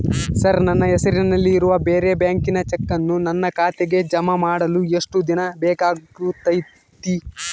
Sir ನನ್ನ ಹೆಸರಲ್ಲಿ ಇರುವ ಬೇರೆ ಬ್ಯಾಂಕಿನ ಚೆಕ್ಕನ್ನು ನನ್ನ ಖಾತೆಗೆ ಜಮಾ ಮಾಡಲು ಎಷ್ಟು ದಿನ ಬೇಕಾಗುತೈತಿ?